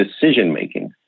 decision-making